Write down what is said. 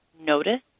notice